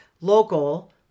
local